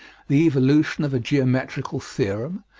the evolution of a geometrical theorem,